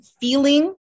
feeling